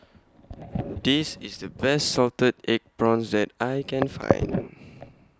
This IS The Best Salted Egg Prawns that I Can Find